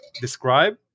describe